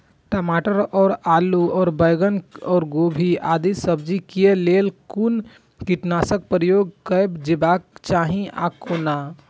टमाटर और आलू और बैंगन और गोभी आदि सब्जी केय लेल कुन कीटनाशक प्रयोग कैल जेबाक चाहि आ कोना?